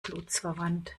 blutsverwandt